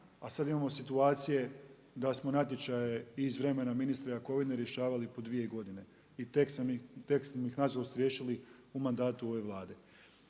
A sada imamo situacije da smo natječaje iz vremena ministra Jakovine rješavali po 2 godine i tek smo ih nažalost riješili u mandatu ove Vlade.